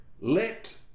Let